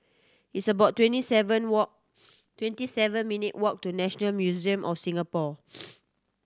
it's about twenty seven walk twenty seven minute walk to National Museum of Singapore